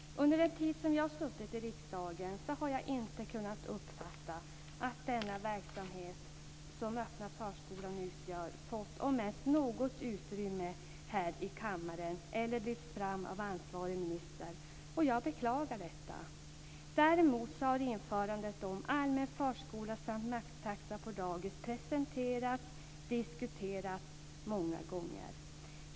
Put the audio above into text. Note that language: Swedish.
Under den tid som jag har suttit i riksdagen har jag inte kunnat uppfatta att den verksamhet som öppna förskolan utgör fått om ens något utrymme här i kammaren eller lyfts fram av ansvarig minister. Jag beklagar detta. Däremot har införandet av allmän förskola samt maxtaxa på dagis presenterats och diskuterats många gånger.